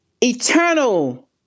Eternal